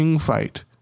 fight